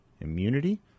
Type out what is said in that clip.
immunity